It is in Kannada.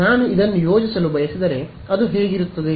ನಾನು ಇದನ್ನು ಯೋಜಿಸಲು ಬಯಸಿದರೆ ಅದು ಹೇಗಿರುತ್ತದೆ